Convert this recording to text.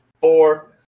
four